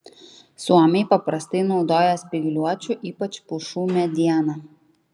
suomiai paprastai naudoja spygliuočių ypač pušų medieną